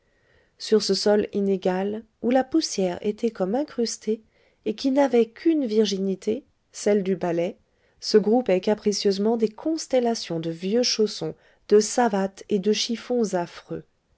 sur ce sol inégal où la poussière était comme incrustée et qui n'avait qu'une virginité celle du balai se groupaient capricieusement des constellations de vieux chaussons de savates et de chiffons affreux